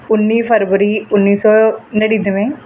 ਉੱਨੀ ਫਰਵਰੀ ਉੱਨੀ ਸੌ ਨੜਿਨਵੇਂ